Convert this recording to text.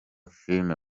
film